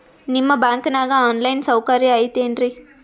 ನಿಮ್ಮ ಬ್ಯಾಂಕನಾಗ online ಸೌಕರ್ಯ ಐತೇನ್ರಿ?